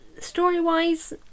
story-wise